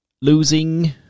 losing